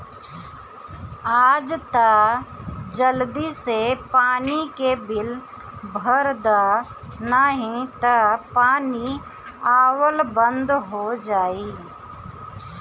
आज तअ जल्दी से पानी के बिल भर दअ नाही तअ पानी आवल बंद हो जाई